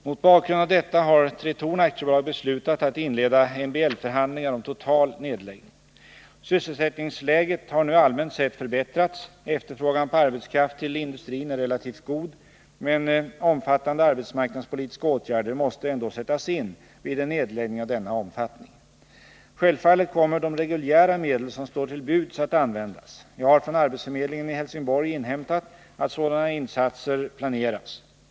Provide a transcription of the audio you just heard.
Mot bakgrund av detta har Tretorn AB beslutat att inleda MBL förhandlingar om total nedläggning. Sysselsättningsläget har nu allmänt sett förbättrats. Efterfrågan på arbetskraft till industrin är relativt god. Men omfattande arbetsmarknadspolitiska åtgärder måste ändå sättas in vid en nedläggning av denna omfattning. Självfallet kommer de reguljära medel som står till buds att användas. Jag har från arbetsförmedlingen i Helsingborg inhämtat att sådana insatser planeras.